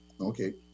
okay